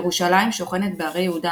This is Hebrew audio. ירושלים שוכנת בהרי יהודה,